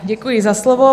Děkuji za slovo.